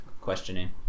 questioning